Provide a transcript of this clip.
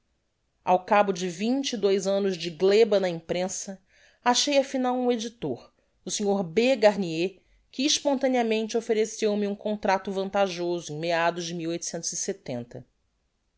ao cabo de vinte e dois annos de gleba na imprensa achei afinal um edictor o sr b garnier que espontaneamente offereceu me um contracto vantajoso em meiados de